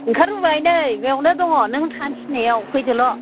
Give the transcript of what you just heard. ओंखारबोबाय नै बेवनो दं नों थानो थिननायाव फैदोल'